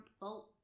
vote